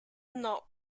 not